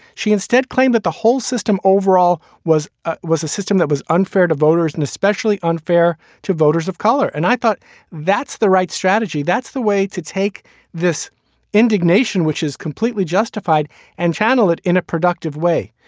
she instead claimed that the whole system overall was ah was a system that was unfair to voters and especially unfair to voters of color. and i thought that's the right strategy. that's the way to take this indignation, which is completely justified and channel it in a productive way.